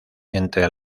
entre